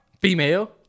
female